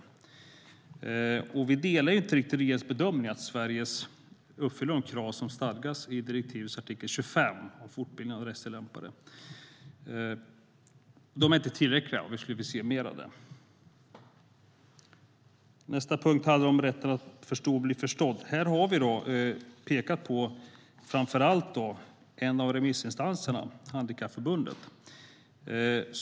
Vi delar inte heller riktigt regeringens bedömning att Sverige uppfyller de krav som stadgas i direktivets artikel 25 om fortbildning av rättstillämpare. Den är inte tillräcklig, och vi vill se mer av detta. Nästa punkt handlar om rätten att förstå och bli förstådd. Här har vi framför allt pekat på en av remissinstanserna, nämligen Handikappförbundet.